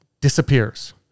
disappears